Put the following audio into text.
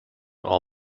all